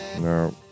No